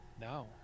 no